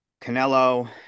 Canelo